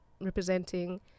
representing